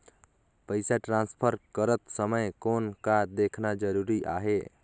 पइसा ट्रांसफर करत समय कौन का देखना ज़रूरी आहे?